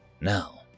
Now